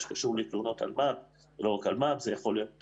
שקשור לתלונות אלמ"ב ולא רק אלמ"ב אלא אלה יכולות להיות